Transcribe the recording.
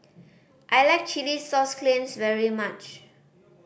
I like chilli sauce clams very much